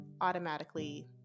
automatically